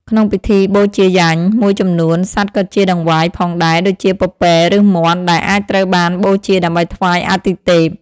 ក្នុងពិធីបូជាយញ្ញមួយចំនួន សត្វក៏ជាតង្វាផងដែរដូចជាពពែ ឬមាន់ ដែលអាចត្រូវបានបូជាដើម្បីថ្វាយអាទិទេព។